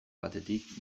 batetik